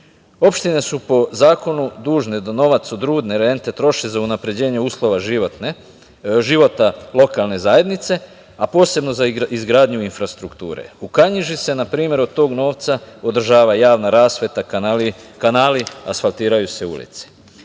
Opštine su po zakonu dužne da novac od rudne rente troše za unapređenje uslova života lokalne zajednice, a posebno za izgradnju infrastrukture. U Kanjiži se na primer od toga novca održava javna rasveta, kanali, asfaltiraju se ulice.